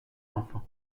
enfant